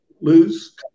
lose